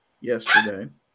yesterday